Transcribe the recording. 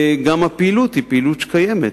גם הפעילות היא פעילות קיימת,